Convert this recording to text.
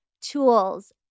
tools